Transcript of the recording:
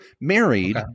married